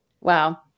Wow